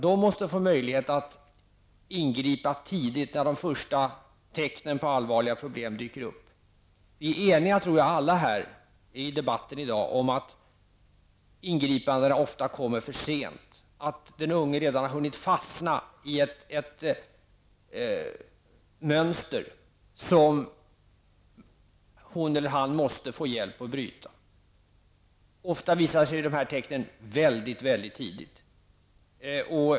De måste få möjlighet att ingripa tidigt, när de första tecknen på allvarliga problem dyker upp. Vi är eniga, tror jag, alla här i debatten i dag om att ingripandena ofta kommer för sent, att den unge redan har hunnit fastna i ett mönster som hon eller han måste få hjälp att bryta. Ofta visar sig de här tecknen väldigt väldigt tidigt.